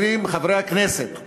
חברי חברי הכנסת,